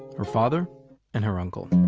her father and her uncle